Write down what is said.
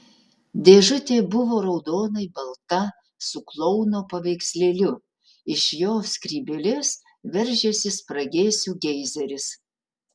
dėžutė buvo raudonai balta su klouno paveikslėliu iš jo skrybėlės veržėsi spragėsių geizeris